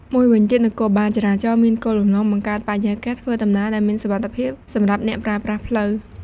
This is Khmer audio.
មួយវិញទៀត នគរបាលចរាចរណ៍មានគោលបំណងបង្កើតបរិយាកាសធ្វើដំណើរដែលមានសុវត្ថិភាពសម្រាប់អ្នកប្រើប្រាស់ផ្លូវ។